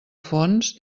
fons